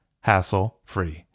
hassle-free